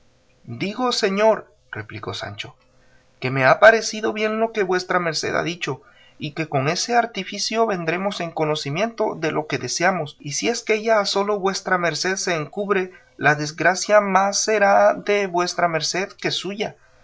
digo señor replicó sancho que me ha parecido bien lo que vuesa merced ha dicho y que con ese artificio vendremos en conocimiento de lo que deseamos y si es que ella a solo vuesa merced se encubre la desgracia más será de vuesa merced que suya